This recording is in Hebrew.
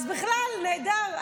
אז בכלל נהדר,